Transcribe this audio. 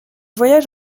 voyage